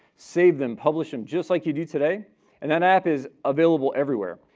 save them, publish them, just like you did today and that app is available anywhere.